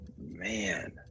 man